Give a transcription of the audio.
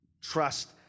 Trust